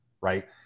Right